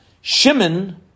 Shimon